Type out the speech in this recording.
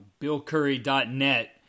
BillCurry.net